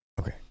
Okay